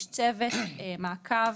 יש צוות מעקב,